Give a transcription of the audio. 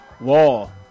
wall